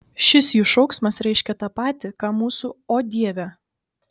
šis jų šauksmas reiškia tą patį ką mūsų o dieve